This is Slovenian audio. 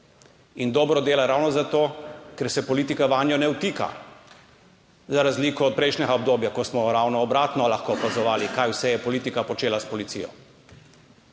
In dobro dela ravno zato, ker se politika vanjo ne vtika, za razliko od prejšnjega obdobja, ko smo ravno obratno lahko opazovali, kaj vse je politika počela s policijo.